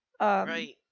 Right